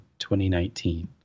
2019